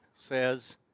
Says